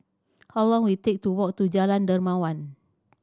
how long will it take to walk to Jalan Dermawan